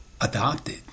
adopted